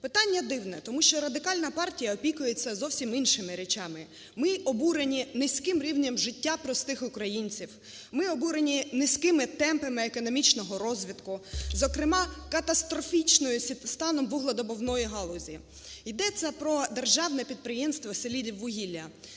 Питання дивне, тому що Радикальна партія опікується зовсім іншими речами. Ми обурені низьким рівнем життя простих українців, ми обурені низькими темпами економічного розвитку, зокрема, катастрофічним станом вугледобувної галузі. Йдеться про державне підприємство "Селидіввугілля",